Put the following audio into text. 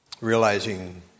realizing